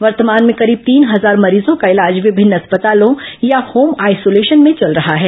वर्तमान में करीब तीन हजार मरीजों का इलाज विभिन्न अस्पतालों या होम आइसोलेशन में चल रहा है